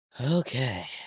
Okay